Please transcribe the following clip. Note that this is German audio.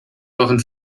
waren